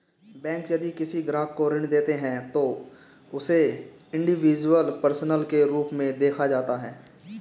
bank यदि किसी ग्राहक को ऋण देती है तो उसे इंडिविजुअल पर्सन के रूप में देखा जाता है